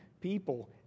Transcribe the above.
people